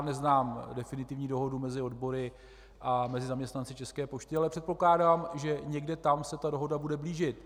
Neznám definitivní dohodu mezi odbory a zaměstnanci České pošty, ale předpokládám, že někde tam se ta dohoda bude blížit.